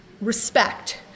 respect